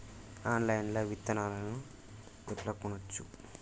Online లా విత్తనాలను ఎట్లా కొనచ్చు?